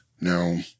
no